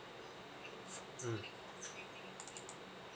mm